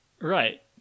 right